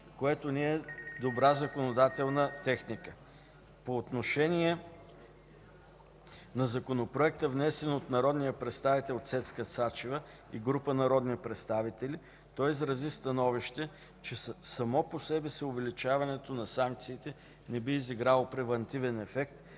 което не е добра законодателна техника. По отношение на Законопроекта, внесен от народния представител Цецка Цачева и група народни представители, той изрази становище, че само по себе си увеличаването на санкциите не би изиграло превантивен ефект